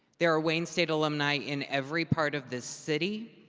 there are wayne state alumni in every part of this city,